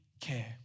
care